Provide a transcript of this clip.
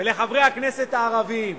וחברי הכנסת הערבים.